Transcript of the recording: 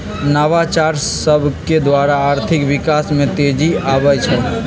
नवाचार सभकेद्वारा आर्थिक विकास में तेजी आबइ छै